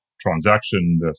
transaction